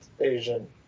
Asian